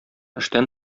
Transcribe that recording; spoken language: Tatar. эштән